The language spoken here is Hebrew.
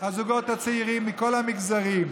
הזוגות הצעירים מכל המגזרים,